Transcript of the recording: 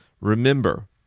Remember